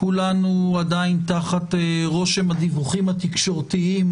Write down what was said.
כולנו עדיין תחת רושם הדיווחים התקשורתיים,